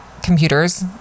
computers